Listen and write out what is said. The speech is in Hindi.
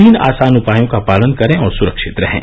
तीन आसान उपायों का पालन करें और सुरक्षित रहें